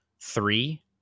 Three